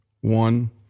one